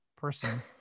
person